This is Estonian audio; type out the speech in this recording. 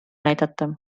näidata